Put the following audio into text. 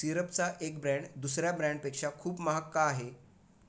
सिरपचा एक ब्रँड दुसऱ्या ब्रँडपेक्षा खूप महाग का आहे